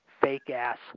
fake-ass